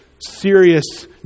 serious